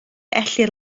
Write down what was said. ellir